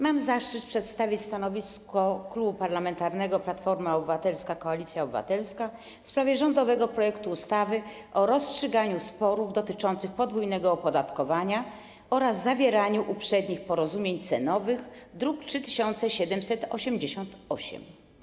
Mam zaszczyt przedstawić stanowisko Klubu Parlamentarnego Platforma Obywatelska - Koalicja Obywatelska w sprawie rządowego projektu ustawy o rozstrzyganiu sporów dotyczących podwójnego opodatkowania oraz zawieraniu uprzednich porozumień cenowych, druk nr 3788.